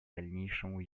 дальнейшему